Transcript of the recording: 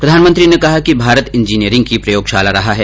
प्रधानमंत्री ने कहा कि भारत इंजीनियरिंग की प्रयोगशाला रहा है